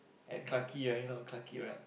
at Clarke-Quay ah you know Clarke-Quay right